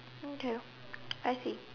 me too I see